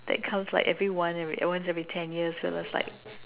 it comes like every once every once every ten years and was like